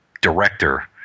director –